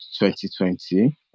2020